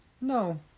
No